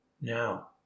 Now